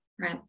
right